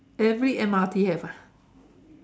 every M_R_T have ah